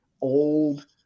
old